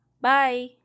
Bye